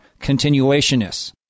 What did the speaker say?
continuationists